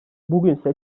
bugünse